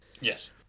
yes